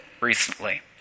recently